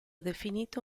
definito